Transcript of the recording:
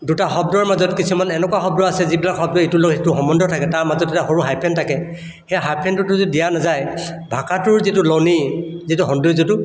দুটা শব্দৰ মাজত কিছুমান এনেকুৱা শব্দ আছে যিবিলাক শব্দ ইটোৰ লগত সিটো সম্বন্ধ থাকে তাৰ মাজত এটা সৰু হাইফেন থাকে সেই হাইফেনটোতো যদি দিয়া নাযায় ভাষাটোৰ যিটো লনি যিটো সৌন্দৰ্য্য়টো